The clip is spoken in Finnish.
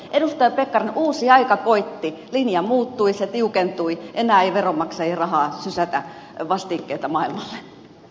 edustaja pekkarinen uusi aika koitti linja muuttui se tiukentui enää ei veronmaksajien rahaa sysätä vastikkeetta maailmalle